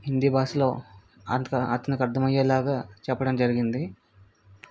హిందీ భాషలో అత అతనికి అర్థం అయ్యేలాగా చెప్పడం జరిగింది